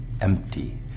empty